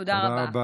תודה רבה.